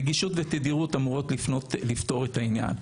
נגישות ותדירות אמורות לפתור את העניין.